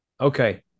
Okay